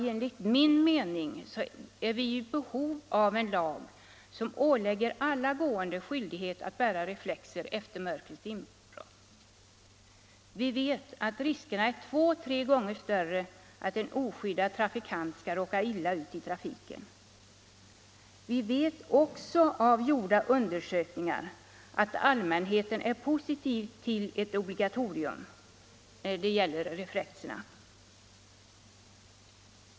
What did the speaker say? Enligt min mening är vi i behov av en lag som ålägger alla gående skyldighet att bära reflexer efter mörkrets inbrott. Vi vet att riskerna är två å tre gånger större att en oskyddad trafikant skall råka illa ut i trafiken. Vi vet också av gjorda undersökningar att allmänheten är positiv till ett obligatorium när det gäller reflexerna.